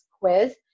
quiz